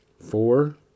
Four